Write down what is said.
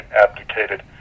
abdicated